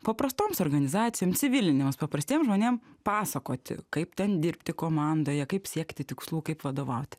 paprastoms organizacijoms civilinėm paprastiems žmonėm pasakoti kaip ten dirbti komandoje kaip siekti tikslų kaip vadovauti